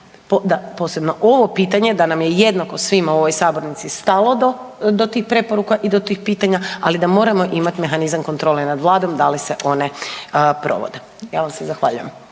posebno ovo pitanje da nam je jednako svima u ovoj sabornici stalo do tih preporuka i do tih pitanja, ali moramo imati mehanizam kontrole nad Vladom da li se one provode. Ja vam se zahvaljujem.